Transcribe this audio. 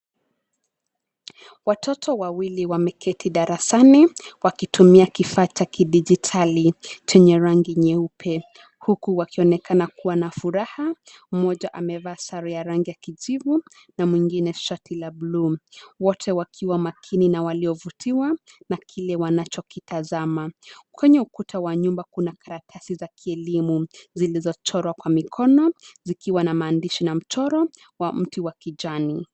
Watoto wawili wameketi darasani, wakitumia kifaa cha kidijitali, chenye rangi nyeupe, huku wakionekana kuwa na furaha, mmoja amevaa sare ya rangi ya kijivu, na mwingine shati la bluu, wote wakiwa makini na waliovutiwa, na kile wanachokitazama, kwenye ukuta wa nyumba kuna karatasi za kielimu, zilizochorwa kwa mkono, zikiwa na maandishi na mchoro, wa mti wa kijani.